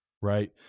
right